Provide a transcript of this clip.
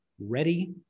ready